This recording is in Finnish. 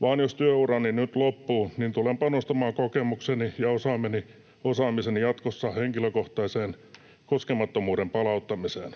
vaan jos työurani nyt loppuu, niin tulen panostamaan kokemukseni ja osaamiseni jatkossa henkilökohtaisen koskemattomuuden palauttamiseen.